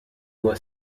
moi